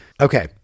Okay